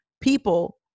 people